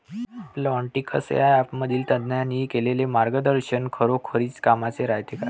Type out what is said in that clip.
Plantix या ॲपमधील तज्ज्ञांनी केलेली मार्गदर्शन खरोखरीच कामाचं रायते का?